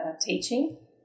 teaching